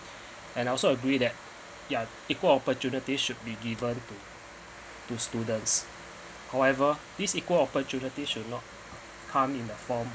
and also agree that your yeah equal opportunity should be given to to students however this equal opportunity should not come in the form